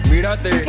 Mírate